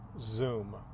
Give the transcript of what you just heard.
zoom